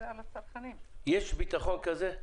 יש ביטחון כזה?